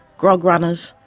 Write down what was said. grog runners,